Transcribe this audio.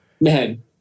man